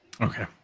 Okay